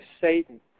Satan